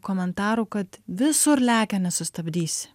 komentarų kad visur lekia nesustabdysi